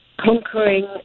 conquering